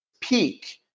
peak